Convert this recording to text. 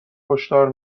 هشدار